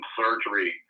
surgery